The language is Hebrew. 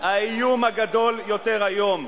האיום הגדול יותר היום,